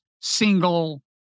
single